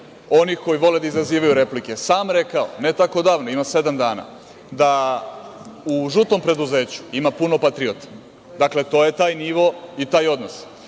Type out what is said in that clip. onih koji vole da izazivaju replike sam rekao ne tako davno, ima sedam dana, da u žutom preduzeću ima puno patriota. Dakle, to je taj nivo, to je taj odnos.